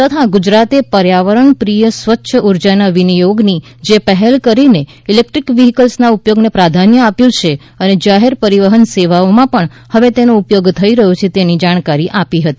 તથા ગુજરાતે પર્યાવરણપ્રિય સ્વચ્છ ઊર્જાના વિનિયોગની જે પહેલ કરીને ઇલેકટ્રીક વ્હીકલ્સના ઉપયોગને પ્રાધાન્ય આપ્યું છે અને જાહેર પરિવહન સેવામાં પણ હવે તેનો ઉપયોગ થઇ રહ્યો છે તેની જાણકારી આપી હતી